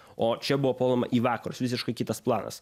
o čia buvo puolama į vakarus visiškai kitas planas